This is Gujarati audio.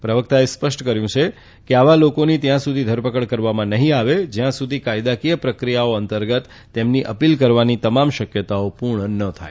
પ્રવક્તાએ સ્પષ્ટ કર્યું છે કે આવા લોકોની ત્યાં સુધી ધરપકડ કરવામાં નહી આવે જ્યાં સુધી કાયદાકીય પ્રક્રિયાઓ અંતર્ગત તેમની અપીલ કરવાની તમામ શક્યતાઓ પૂર્ણ ન થઇ જાય